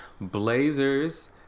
Blazers